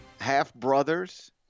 half-brothers